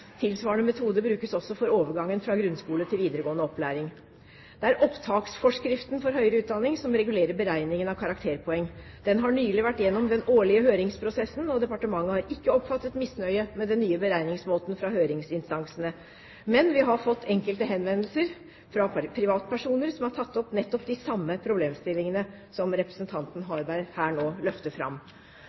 Tilsvarende metode brukes også for overgangen fra grunnskole til videregående opplæring. Det er opptaksforskriften for høyere utdanning som regulerer beregningen av karakterpoeng. Den har nylig vært gjennom den årlige høringsprosessen. Departementet har ikke oppfattet misnøye med den nye beregningsmåten fra høringsinstansene. Men vi har fått enkelte henvendelser fra privatpersoner som har tatt opp nettopp de samme problemstillingene som representanten Harberg her nå løfter fram.